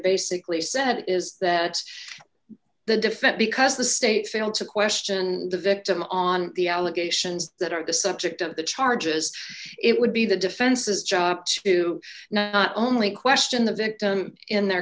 basically said is that the defense because the state failed to question the victim on the allegations that are the subject of the charges it would be the defense's job to not only question the victim in their